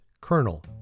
kernel